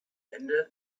ende